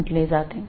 म्हंटले जाते